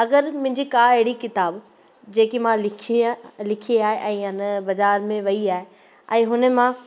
अगरि मुंहिंजी का अहिड़ी किताब जेकी मां लिखी आहे लिखी आहे ऐं आन बाज़ारि में वई आहे ऐं हुन मां